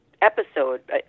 episode